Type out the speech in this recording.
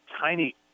tiny –